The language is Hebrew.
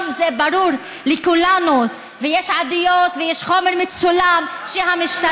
אל תאשימי את השוטרים.